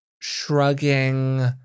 shrugging